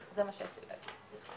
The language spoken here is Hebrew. זה מה שרציתי להגיד.